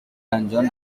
dungeon